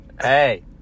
Hey